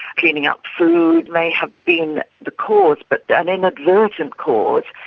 cleaning up food may have been the cause, but an inadvertent cause,